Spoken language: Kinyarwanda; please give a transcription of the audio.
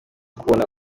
kubona